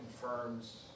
confirms